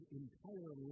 entire